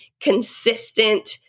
consistent